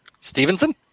Stevenson